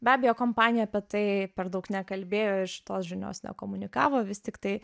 be abejo kompanija apie tai per daug nekalbėjo ir šitos žinios nekomunikavo vis tiktai